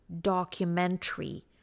documentary